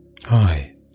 Hi